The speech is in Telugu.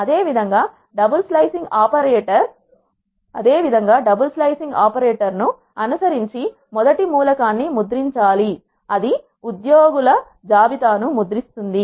అదేవిధంగా మీరు డబుల్స్లో ఐసింగ్ ఆపరేటర్ ను అనుసరించి మొదటి మూలకాన్ని ముద్రించాలి అది ఉద్యోగుల జాబితా ను ముద్రిస్తుంది